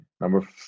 Number